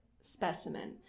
specimen